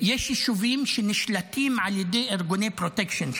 יש יישובים שנשלטים על ידי ארגוני פרוטקשן,